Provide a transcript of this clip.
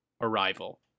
Arrival